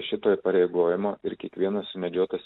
šito įpareigojimo ir kiekvienas sumedžiotas